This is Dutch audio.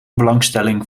belangstelling